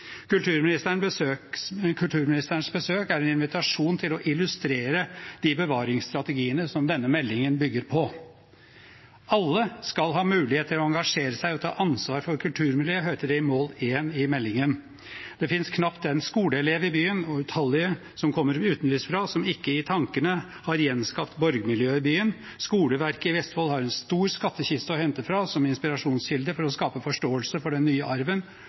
Kulturministerens besøk er en invitasjon til å illustrere de bevaringsstrategiene som denne meldingen bygger på. «Alle skal ha mulighet til å engasjere seg og ta ansvar for kulturmiljø», står det i mål én i meldingen. Det finnes knapt den skoleelev i byen og utallige som kommer utenbys fra, som ikke i tankene har gjenskapt borgmiljøet i byen. Skoleverket i Vestfold har en stor skattekiste å hente fra som inspirasjonskilde for å skape forståelse for den arven